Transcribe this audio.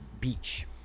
beach